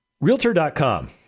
Realtor.com